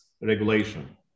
regulation